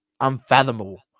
unfathomable